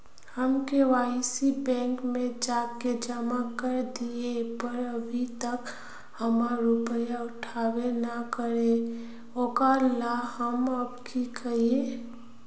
हम KYC bank में जाके जमा कर देलिए पर अभी तक हमर रुपया उठबे न करे है ओकरा ला हम अब की करिए?